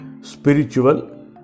spiritual